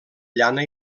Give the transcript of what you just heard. llana